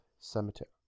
cemetery